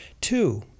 Two-